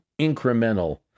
incremental